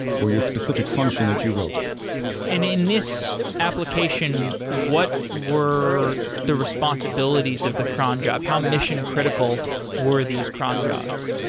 or your specific function that you wrote and in this application, what were the responsibilities of the cron job? how um mission critical were these cron jobs?